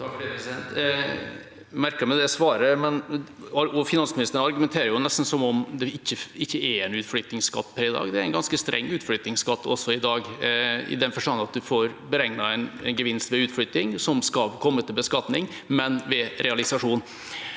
Orten (H) Jeg merker meg det sva- ret, men finansministeren argumenterer nesten som det ikke er en utflyttingsskatt i dag. Det er en ganske streng utflyttingsskatt også i dag, i den forstand at man får beregnet en gevinst ved utflytting som skal komme til beskatning, men ved realisasjon.